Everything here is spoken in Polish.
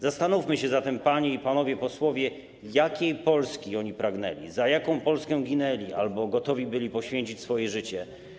Zastanówmy się zatem, panie i panowie posłowie, jakiej Polski oni pragnęli, za jaką Polskę ginęli albo gotowi byli poświęcić swoje życie.